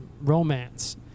Romance